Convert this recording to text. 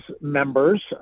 members